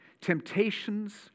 temptations